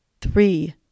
three